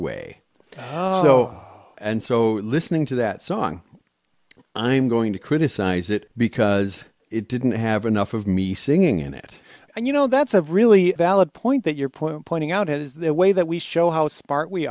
so and so listening to that song i'm going to criticize it because it didn't have enough of me singing in it and you know that's a really valid point that you're pointing out is there a way that we show how